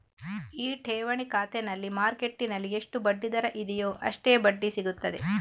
ಈ ಠೇವಣಿ ಖಾತೆನಲ್ಲಿ ಮಾರ್ಕೆಟ್ಟಿನಲ್ಲಿ ಎಷ್ಟು ಬಡ್ಡಿ ದರ ಇದೆಯೋ ಅಷ್ಟೇ ಬಡ್ಡಿ ಸಿಗ್ತದೆ